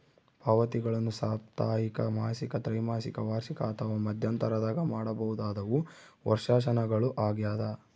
ಪಾವತಿಗಳನ್ನು ಸಾಪ್ತಾಹಿಕ ಮಾಸಿಕ ತ್ರೈಮಾಸಿಕ ವಾರ್ಷಿಕ ಅಥವಾ ಮಧ್ಯಂತರದಾಗ ಮಾಡಬಹುದಾದವು ವರ್ಷಾಶನಗಳು ಆಗ್ಯದ